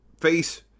face